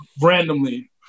randomly